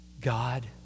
God